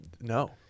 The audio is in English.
No